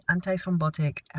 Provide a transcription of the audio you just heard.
antithrombotic